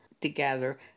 together